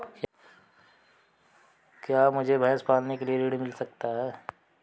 क्या मुझे भैंस पालने के लिए ऋण मिल सकता है?